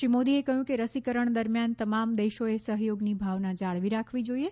શ્રી મોદીએ કહ્યું કે રસીકરણ દરમિયાન તમામ દેશોએ સહયોગની ભાવના જાળવી રાખવી જોઈએ